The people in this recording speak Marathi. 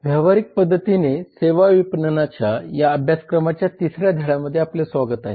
व्यावहारिक पध्दतीने सेवा विपणनाच्या या अभ्यासक्रमाच्या तिसऱ्या धड्यामध्ये आपले स्वागत आहे